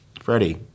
Freddie